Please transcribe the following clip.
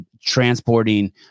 transporting